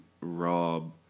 Rob